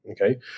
Okay